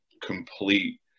complete